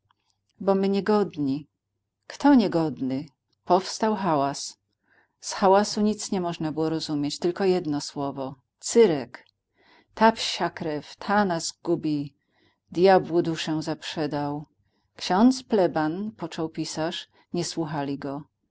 bo my niegodni kto niegodny powstał hałas z hałasu nic nie można było zrozumieć tylko jedno słowo cyrek ta psiakrew ta nas gubi dyabłu duszę zaprzedał ksiądz pleban począł pisarz nie słuchali go